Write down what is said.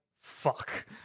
fuck